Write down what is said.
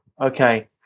okay